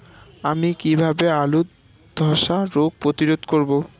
আমি কিভাবে আলুর ধ্বসা রোগ প্রতিরোধ করব?